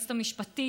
היועצת המשפטית,